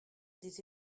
des